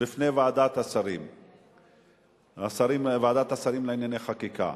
בפני ועדת השרים לענייני חקיקה.